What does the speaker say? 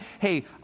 Hey